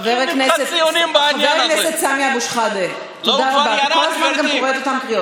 חבר הכנסת סמי אבו שחאדה, שידענו אותו גם קודם,